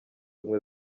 ubumwe